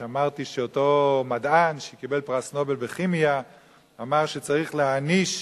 כי אמרתי שאותו מדען שקיבל פרס נובל בכימיה אמר שצריך להעניש